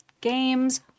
Games